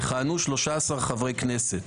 יכהנו 13 חברי כנסת.